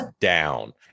down